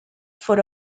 for